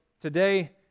today